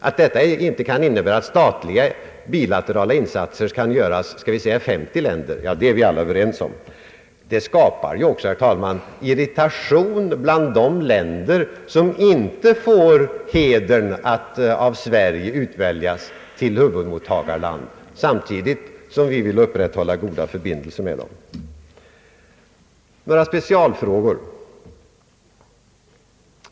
Att detta inte innebär att statliga bilaterala insatser kan göras i ett femtiotal länder är vi naturligtvis alla överens om. Det uppstår också, herr talman, irritation i de länder som inte blir hedrade med att av Sverige utväljas till huvudmottagarland fastän vi vill upprätthålla goda förbindelser i alla fall. Så några specialfrågor.